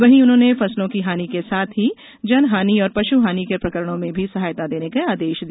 वहीं उन्होंने फसलों की हानि के साथ ही जनहानि और पशु हानि के प्रकरणों में भी सहायता देने का आदेश दिया